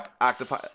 octopi